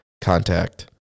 Contact